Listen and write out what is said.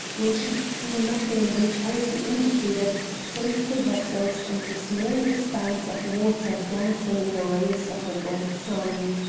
when she could see nothing in the locality indicated save the vessels and the small expanse of water dancing in the rays of a bright sun.